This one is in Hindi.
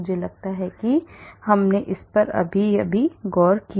मुझे लगता है कि हमने उस पर भी गौर किया